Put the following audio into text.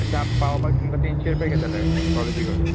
अशें आमी पावपाक तुमकां तिनशीं रुपया घेताले कॉलेजी कडेन